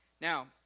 Now